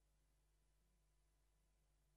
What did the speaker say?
אז